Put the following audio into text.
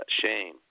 shame